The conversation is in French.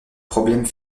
problèmes